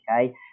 Okay